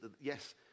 yes